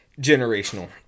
generational